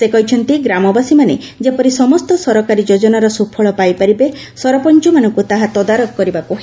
ସେ କହିଛନ୍ତି ଗ୍ରାମବାସୀମାନେ ଯେପରି ସମସ୍ତ ସରକାରୀ ଯୋଜନାର ସୁଫଳ ପାଇପାରିବେ ସରପଞ୍ଚମାନଙ୍କୁ ତାହା ତଦାରଖ କରିବାକୁ ହେବ